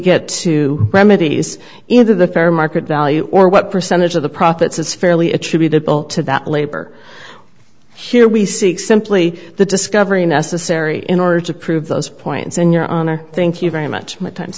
get to remedies into the fair market value or what percentage of the profits is fairly attributable to that labor here we see simply the discovery necessary in order to prove those points in your honor thank you very much at times